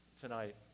tonight